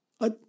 I